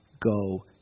go